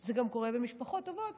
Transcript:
זה גם קורה במשפחות טובות